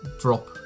drop